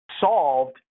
solved